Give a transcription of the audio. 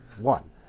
One